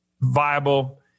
viable